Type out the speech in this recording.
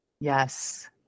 Yes